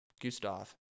Gustav